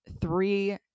three